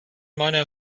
meiner